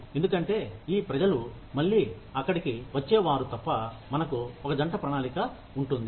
ఎందుకంటే ఈ ప్రజలు మళ్ళీ అక్కడికి వచ్చే వారు తప్ప మనకు ఒక జంట ప్రణాళిక ఉంటుంది